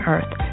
Earth